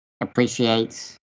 appreciates